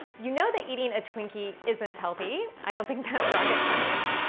you know that eating a twinkie isn't healthy i don't think that's rocket science.